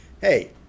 Hey